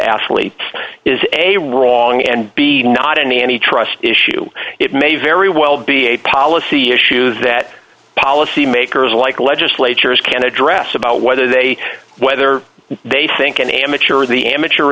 athletes is a wrong and b not any any trust issue it may very well be a policy issues that policymakers like legislatures can address about whether they whether they think an amateur the amateur